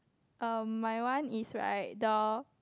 um my one is right the